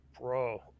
bro